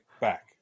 back